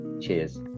Cheers